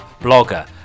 blogger